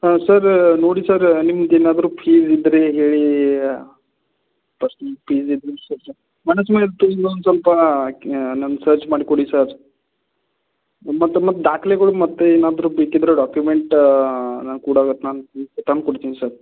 ಹಾಂ ಸರ್ ನೋಡಿ ಸರ್ ನಿಮ್ಗ ಏನಾದರು ಫ್ರೀ ಇದ್ದರೆ ಹೇಳಿ ಒಂದು ಸ್ವಲ್ಪ ನಂಗೆ ಸರ್ಚ್ ಮಾಡಿ ಕೊಡಿ ಸರ್ ಮತ್ತು ಮತ್ತು ದಾಖ್ಲೆಗಳು ಮತ್ತೆ ಏನಾದರು ಬೇಕಿದ್ದರೆ ಡಾಕ್ಯುಮೆಂಟ್ ನಾನು ಕೊಡದಕ್ಕೆ ನಾನು ತಂದು ಕೊಡ್ತೀನಿ ಸರ್